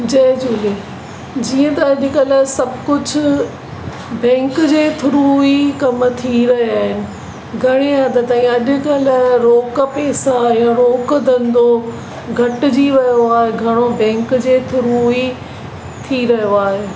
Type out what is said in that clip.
जय झूले जीअं त अॾुकल्ह सभु कुझु बैंक जे थ्रू ई कम थी रहिया आहिनि घणे हदि ताईं अॾुकल्ह रोक पैसा या रोक धंधो घटिजी वियो आहे घणो बैंक जे थ्रू ई थी रहियो आहे